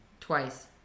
Twice